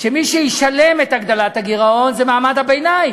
שמי שישלם את הגדלת הגירעון זה מעמד הביניים.